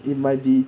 it might be